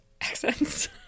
accents